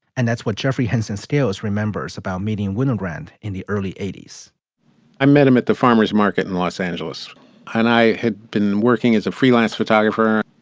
and that's what jeffrey henson stills remembers about meeting winogrand in the early eighty point s i met him at the farmer's market in los angeles and i had been working as a freelance photographer.